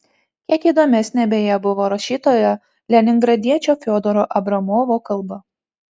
kiek įdomesnė beje buvo rašytojo leningradiečio fiodoro abramovo kalba